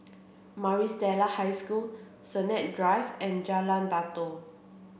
Maris Stella High School Sennett Drive and Jalan Datoh